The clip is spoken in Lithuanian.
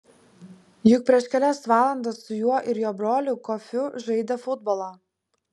juk prieš kelias valandas su juo ir jo broliu kofiu žaidė futbolą